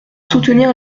soutenir